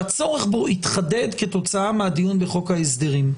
שהצורך בו התחדד כתוצאה מהדיון בחוק ההסדרים.